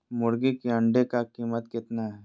मुर्गी के अंडे का कीमत कितना है?